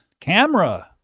Camera